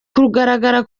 kugaragara